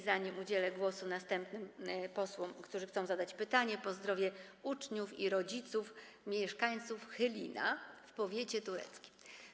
Zanim udzielę głosu następnym posłom, którzy chcą zadać pytanie, pozdrowię uczniów i rodziców, mieszkańców Chylina w powiecie tureckim.